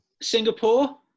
Singapore